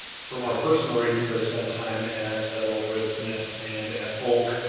for more personal reasons i spend time at ah both red smith and at oak.